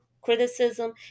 criticism